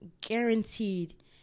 guaranteed